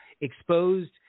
exposed